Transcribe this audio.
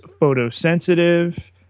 photosensitive